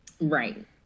Right